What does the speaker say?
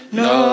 no